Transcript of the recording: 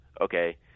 okay